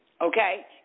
Okay